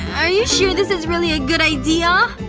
are you sure this is really a good idea?